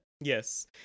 Yes